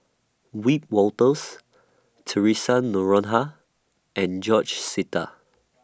Wiebe Wolters Theresa Noronha and George Sita